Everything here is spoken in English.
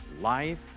Life